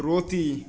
রতি